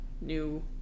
new